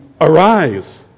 Arise